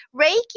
Reiki